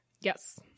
Yes